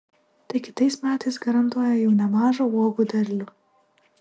tai kitais metais garantuoja jau nemažą uogų derlių